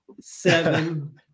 seven